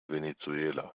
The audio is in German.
venezuela